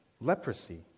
Leprosy